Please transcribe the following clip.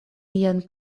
vian